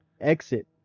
exit